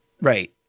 Right